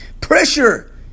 pressure